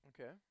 Okay